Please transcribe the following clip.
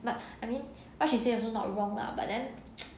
but I mean what she say also not wrong lah but then